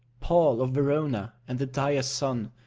paul of verona and the dyer's son,